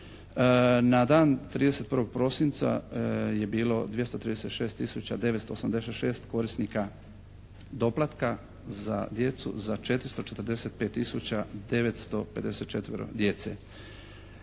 Na dan 31. prosinca je bilo 236 tisuća 986 korisnika doplatka za djecu za 445 tisuća 954 djece.